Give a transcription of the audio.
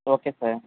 okay sir